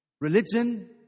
religion